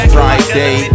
Friday